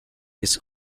his